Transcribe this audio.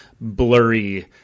blurry